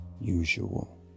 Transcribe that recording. usual